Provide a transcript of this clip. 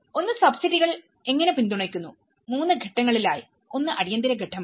ഒന്ന് സബ്സിഡികൾ എങ്ങനെ പിന്തുണയ്ക്കുന്നു 3 ഘട്ടങ്ങളിൽ ആയി ഒന്ന് അടിയന്തര ഘട്ടമാണ്